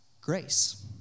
grace